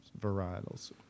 varietals